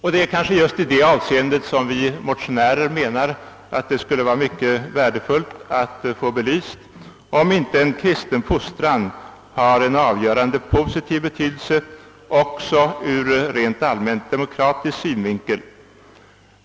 Vi motionärer anser, att just från dessa synpunkter skulle det vara mycket värdefullt att få belyst huruvida inte en kristen fostran har en avgörande positiv betydelse också ur rent allmän demokratisk synvinkel.